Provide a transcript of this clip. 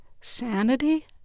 sanity